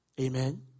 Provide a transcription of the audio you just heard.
Amen